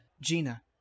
Gina